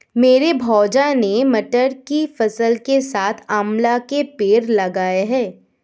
मेरे भैया ने मटर की फसल के साथ आंवला के पेड़ लगाए हैं